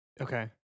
okay